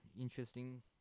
interesting